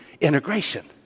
integration